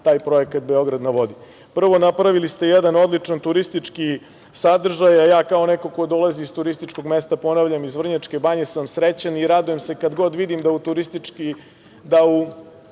taj projekat „Beograd na vodi“.Prvo, napravili ste jedan odličan turistički sadržaj, a ja kao neko ko dolazi iz turističkog mesta, ponavljam iz Vrnjačke banje, sam srećan i radujem se kad god vidim da u turističku ponudu